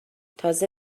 تازه